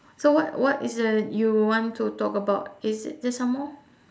so what what is the you want to talk about is there some more